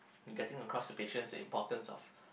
in getting across to patients importance of